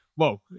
Whoa